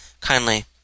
kindly